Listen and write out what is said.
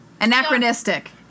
Anachronistic